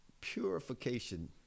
purification